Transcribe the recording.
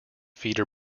feeder